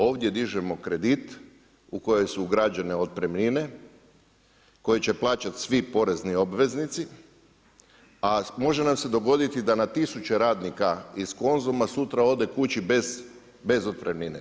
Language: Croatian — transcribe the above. Ovdje dižemo kredit u kojem su ugrađene nekretnine koje će plaćati svi porezni obveznici a može nam se dogoditi da na tisuće radnika iz Konzuma sutra ode kući bez otpremnine.